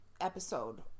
episode